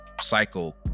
cycle